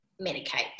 medicate